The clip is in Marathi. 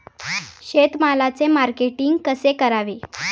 शेतमालाचे मार्केटिंग कसे करावे?